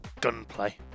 gunplay